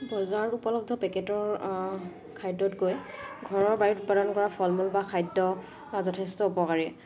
বজাৰত উপলব্ধ পেকেটৰ খাদ্যতকৈ ঘৰৰ বাৰীত উৎপাদন কৰা ফল মূল বা খাদ্য যথেষ্ট উপকাৰী